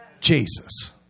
Jesus